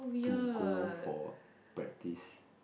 to go for practice